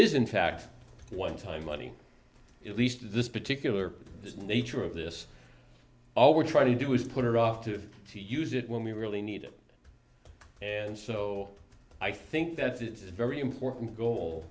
is in fact one time money at least this particular nature of this all we're trying to do is put it off to to use it when we really need it and so i think that this is a very important goal